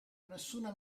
nessuna